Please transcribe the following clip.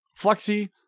Flexi